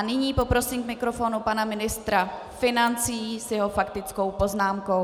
Nyní poprosím k mikrofonu pana ministra financí s jeho faktickou poznámkou.